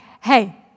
hey